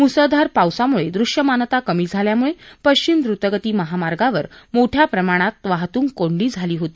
मुसळधार पावसामुळे दृष्यमानता कमी झाल्यामुळे पश्चिम द्रतगती महामार्गावर मोठ्या प्रमाणात वाहतूक कोंडी झाली होती